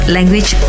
Language